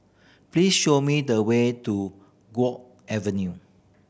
please show me the way to Guok Avenue